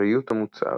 אחריות המוצר,